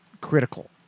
critical